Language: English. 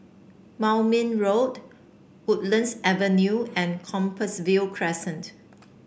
Moulmein Road Woodlands Avenue and Compassvale Crescent